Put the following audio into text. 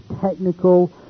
technical